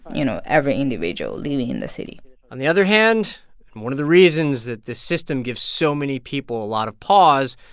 you know, every individual living in the city on the other hand, and one of the reasons that this system gives so many people a lot of pause,